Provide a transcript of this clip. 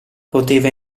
poteva